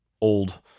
old